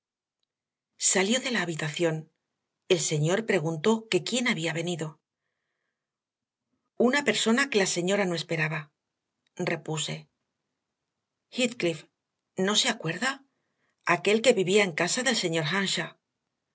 salió de la habitación el señor había venido una persona que la señora no esperaba repuse heathcliff no se acuerda aquel que vivía en casa del señor